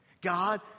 God